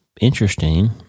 interesting